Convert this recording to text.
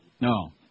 No